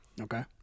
Okay